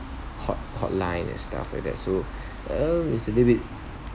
hot~ hotline and stuff like that so oh it's a little bit